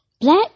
Black